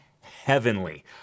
heavenly